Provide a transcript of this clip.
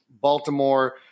Baltimore